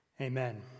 Amen